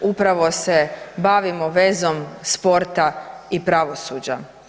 Upravo se bavimo vezom sporta i pravosuđa.